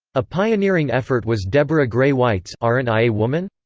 a pioneering effort was deborah gray white's ar'n't i a woman?